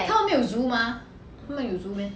他们没有 zoo mah 他们有 zoo meh